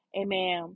Amen